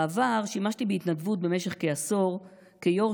בעבר שימשתי בהתנדבות במשך כעשור כיו"ר